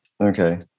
Okay